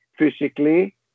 Physically